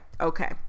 okay